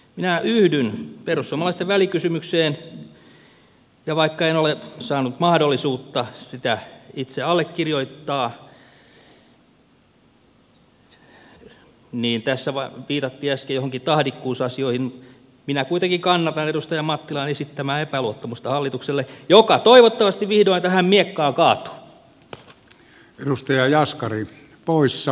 minä yhdyn perussuomalaisten välikysymykseen ja vaikka en ole saanut mahdollisuutta sitä itse allekirjoittaa tässä viitattiin äsken johonkin tahdikkuusasioihin minä kuitenkin kannatan edustaja mattilan esittämää epäluottamusta hallitukselle joka toivottavasti vihdoin tähän miekkaan kaatuu